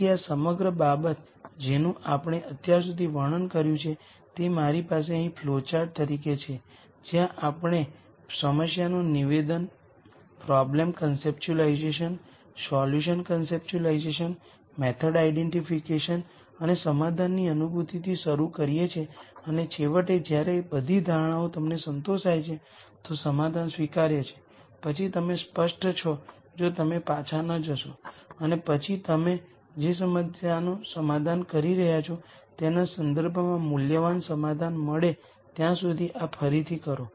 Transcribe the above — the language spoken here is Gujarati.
તેથી આ સમગ્ર બાબત જેનું આપણે અત્યાર સુધી વર્ણન કર્યું છે તે મારી પાસે અહીં ફ્લોચાર્ટ તરીકે છે જ્યાં આપણે સમસ્યાનું નિવેદન problem conceptualisation solution conceptualisation method identification અને સમાધાનની અનુભૂતિથી શરૂ કરીએ છીએ અને છેવટે જ્યારે બધી ધારણાઓ તમને સંતોષ થાય છે તો સમાધાન સ્વીકાર્ય છે પછી તમે સ્પષ્ટ છો જો તમે પાછા ન જશો અને પછી તમે જે સમસ્યાનું સમાધાન કરી રહ્યાં છો તેના સંદર્ભમાં મૂલ્યવાન સમાધાન મળે ત્યાં સુધી આ ફરીથી કરો